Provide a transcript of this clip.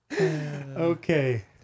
Okay